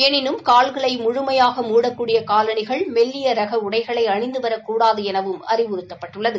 எனினும் கால்களை முழுமையாக மூடக்கூடிய காலணிகள் மெல்லிய ரக உடைகளை அணிந்து வரக்கூடாது எனவும் அறிவுறுத்தப்பட்டுள்ளது